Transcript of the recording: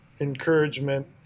encouragement